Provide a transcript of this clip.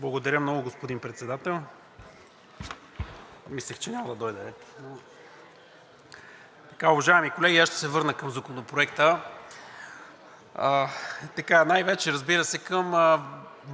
Благодаря много, господин Председател. Мислех, че няма да дойде ред. Уважаеми колеги, аз ще се върна към Законопроекта най-вече, разбира се, към